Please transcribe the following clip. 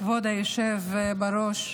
כבוד היושב-ראש,